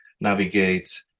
navigate